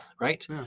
right